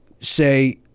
say